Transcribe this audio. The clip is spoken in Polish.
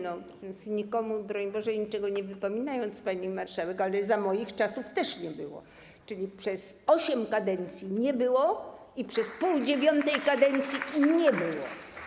Nikomu broń Boże niczego nie wypominając, pani marszałek, ale za moich czasów też nie było, czyli przez osiem kadencji nie było i przez pół dziewiątej kadencji nie było.